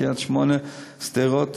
קריית-שמונה ושדרות.